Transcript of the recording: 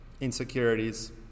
insecurities